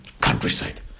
countryside